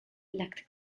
lacked